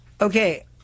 Okay